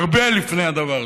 הרבה לפני הדבר הזה,